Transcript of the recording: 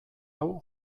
hau